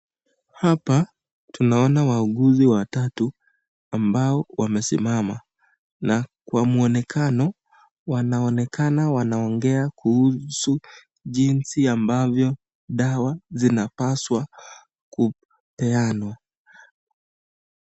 Hapa tunaona wauguzi watatu ambao wamesimama na kwa kumuonekano wanaonekana wanaongea kuhusu jinsi ambavyo dawa zinapaswa kupeanwa.